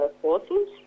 forces